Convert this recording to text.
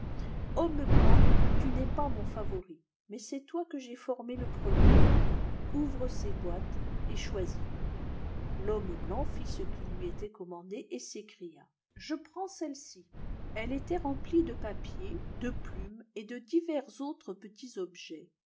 homme blanc tu n'es pas mon favori mais c'est toi que j'ai formé le premiei ouvre ces boîtes et choisis l'homme blanc fit ce qui lui était commandé et s'écria a je prends celle-ci elle était remplie de papiers de plumes et de divers autres petits objets